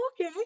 okay